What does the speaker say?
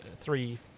three